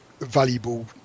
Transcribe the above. valuable